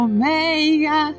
Omega